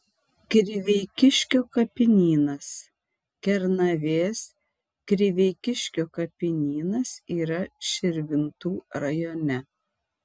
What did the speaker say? kriveikiškio kapinynas kernavės kriveikiškio kapinynas yra širvintų rajone